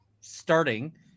starting